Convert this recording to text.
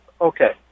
Okay